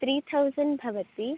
त्रि thousand भवति